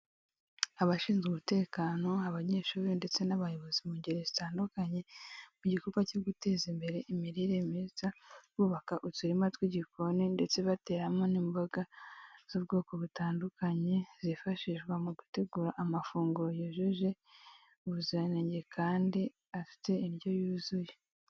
Abashinzwe umutekano, abanyeshuri ndetse n'abayobozi mu ngeri zitandukanye; mu gikorwa cyo guteza imbere imirire myiza, bubaka uturima tw'igikoni ndetse bateramo n'imboga z'ubwoko butandukanye; zifashishwa mu gutegura amafunguro yujuje ubuziranenge kandi afite indyo yuzuye.